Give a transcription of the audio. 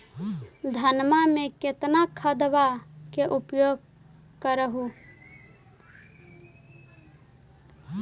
धानमा मे कितना खदबा के उपयोग कर हू?